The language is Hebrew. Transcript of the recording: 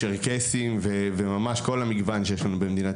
צ'רקסים וממש כל המגוון שיש לנו במדינת